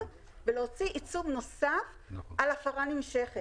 ולהוציא עיצום נוסף על הפרה נמשכת.